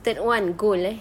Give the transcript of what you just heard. third one goal eh